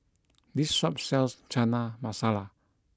this shop sells Chana Masala